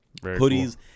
Hoodies